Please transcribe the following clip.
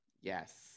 yes